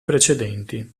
precedenti